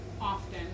often